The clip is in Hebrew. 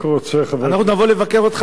אנחנו נבוא לבקר אותך בסין,